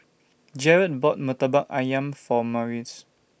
Jarrad bought Murtabak Ayam For Marquise